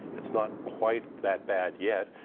it's not quite that bad yet.